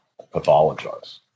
pathologize